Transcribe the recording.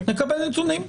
אתה תקבל נתונים.